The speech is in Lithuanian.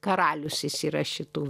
karalius jis yra šitų